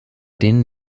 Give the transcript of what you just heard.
den